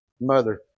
mother